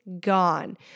gone